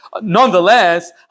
Nonetheless